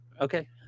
Okay